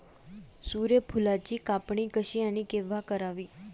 सूर्यफुलाची कापणी कशी आणि केव्हा करावी?